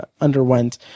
underwent